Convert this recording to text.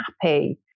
happy